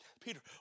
Peter